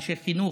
אנשי חינוך,